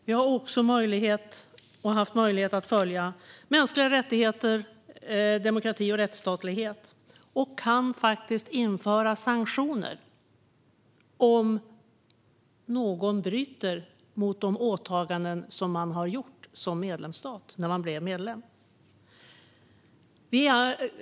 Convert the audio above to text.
Vi har också haft möjlighet att följa mänskliga rättigheter, demokrati och rättsstatlighet och kan införa sanktioner om någon bryter mot de åtaganden som man som medlemsstat gjorde när man blev medlem.